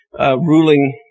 ruling